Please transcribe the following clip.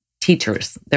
teachers